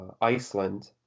Iceland